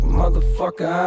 motherfucker